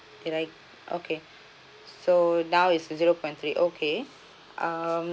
did I okay so now is the zero point three okay um